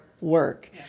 work